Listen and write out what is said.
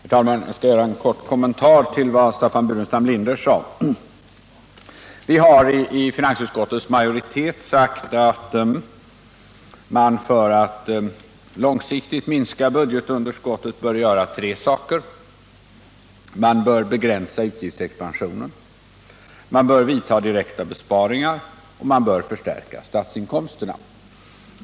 Herr talman! Jag skall göra en kort kommentar till vad Staffan Burenstam Linder sade. Vi inom finansutskottets majoritet har sagt att man för att långsiktigt minska budgetunderskottet bör göra tre saker. Man bör begränsa utgiftsexpansionen, vidta direkta besparingar och förstärka statsinkomsterna.